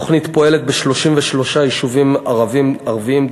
התוכנית פועלת ב-33 יישובים ערביים,